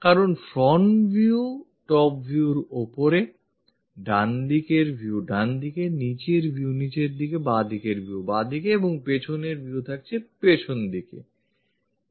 কারণ front view top view ওপরে ডানদিকের view ডানদিকে এবং নিচের view নিচের দিকে বামদিকের view বামদিকে এবং পেছনের view পেছনদিকে আছে